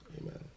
Amen